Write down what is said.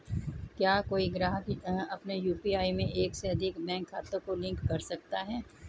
क्या कोई ग्राहक अपने यू.पी.आई में एक से अधिक बैंक खातों को लिंक कर सकता है?